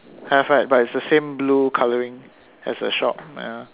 have right but is the same blue colouring as the shop ya